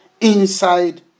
inside